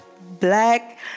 Black